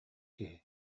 киһи